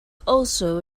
also